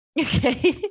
okay